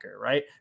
right